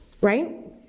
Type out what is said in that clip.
right